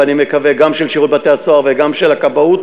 ואני מקווה גם של שירות בתי-הסוהר וגם של הכבאות,